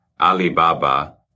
Alibaba